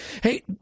Hey